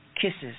kisses